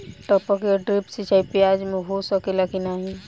टपक या ड्रिप सिंचाई प्याज में हो सकेला की नाही?